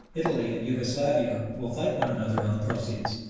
italy and jugo-slavia will fight one another on the proceeds,